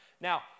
Now